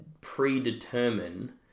predetermine